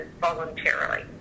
voluntarily